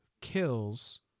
kills